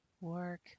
Work